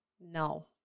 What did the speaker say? no